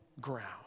ground